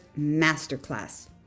Masterclass